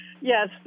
yes